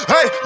Hey